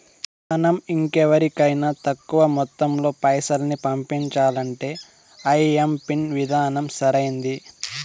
మనం ఇంకెవరికైనా తక్కువ మొత్తంలో పైసల్ని పంపించాలంటే ఐఎంపిన్ విధానం సరైంది